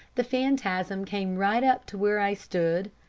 the phantasm came right up to where i stood,